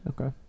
Okay